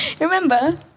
Remember